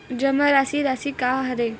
जमा राशि राशि का हरय?